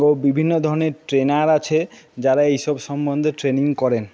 ও বিভিন্ন ধরণের ট্রেনার আছে যারা এই সব সম্বন্ধে ট্রেনিং করেন